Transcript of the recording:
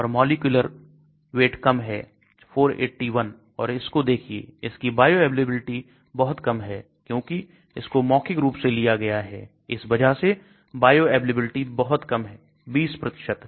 और मॉलिक्यूलर कम है 481 और इसको देखिए इसकी बायोअवेलेबिलिटी बहुत कम है क्योंकि इसको मौखिक रूप से लिया गया है इस वजह से बायोअवेलेबिलिटी बहुत कम है 20